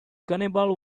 cannibal